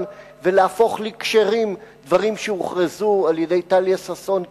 ולהפוך לכשרים דברים שהוכרזו על-ידי טליה ששון כטרפים.